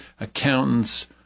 accountants